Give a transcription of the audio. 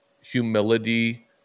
humility